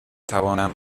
توانم